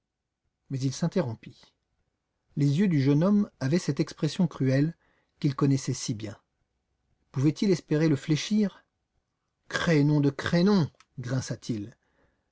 mais il s'interrompit les yeux du jeune homme avaient cette expression cruelle qu'il connaissait si bien pouvait-il espérer le fléchir crénom de crénom grinça t il